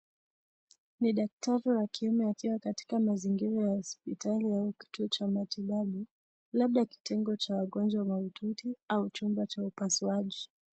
Ni daktari wa kiume akiwa katika mazingira ya hospitali au kituo cha matibabu labda kitengo cha wagonjwa mahututi au chumba cha upasuaji.